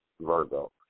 Virgo